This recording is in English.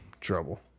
trouble